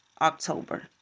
October